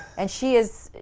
and she is.